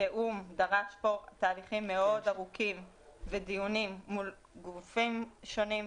התיאום דרש פה תהליכים מאוד ארוכים ודיונים מול גופים שונים,